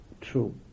true